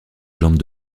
jambes